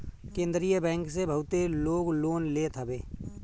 केंद्रीय बैंक से बहुते लोग लोन लेत हवे